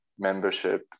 Membership